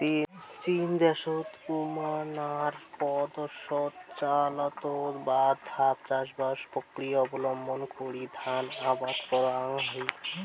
চীন দ্যাশের ইউনান প্রদেশত চাতাল বা ধাপ চাষবাস প্রক্রিয়া অবলম্বন করি ধান আবাদ করাং হই